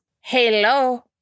Hello